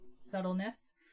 subtleness